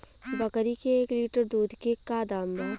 बकरी के एक लीटर दूध के का दाम बा?